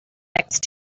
next